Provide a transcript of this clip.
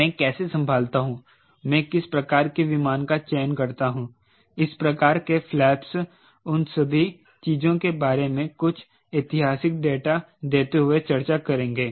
मैं कैसे संभालता हूं मैं किस प्रकार के विमान का चयन करता हूं इस प्रकार के फ्लैप्स उन सभी चीजों के बारे में हम कुछ ऐतिहासिक डेटा देते हुए चर्चा करेंगे